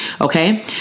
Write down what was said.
Okay